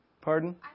Pardon